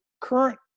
current